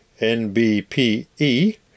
NBPE